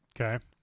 Okay